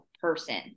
person